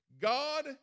God